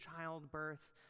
childbirth